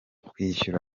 kwishyira